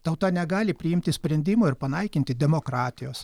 tauta negali priimti sprendimo ir panaikinti demokratijos